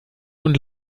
und